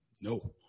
No